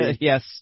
Yes